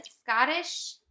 Scottish